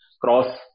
cross